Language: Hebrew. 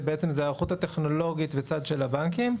שזה בעצם ההיערכות הטכנולוגית בצד של הבנקים,